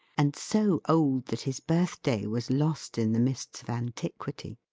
and so old that his birthday was lost in the mists of antiquity.